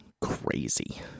Crazy